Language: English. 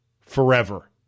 forever